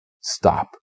stop